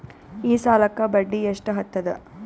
ಈ ಸಾಲಕ್ಕ ಬಡ್ಡಿ ಎಷ್ಟ ಹತ್ತದ?